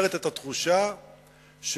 יוצרת את התחושה שבשטחים,